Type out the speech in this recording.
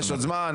יש עוד זמן,